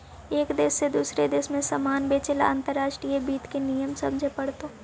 एक देश से दूसरे देश में सामान बेचे ला अंतर्राष्ट्रीय वित्त के नियम समझे पड़तो